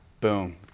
Boom